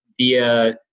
via